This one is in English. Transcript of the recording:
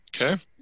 Okay